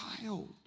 child